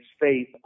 faith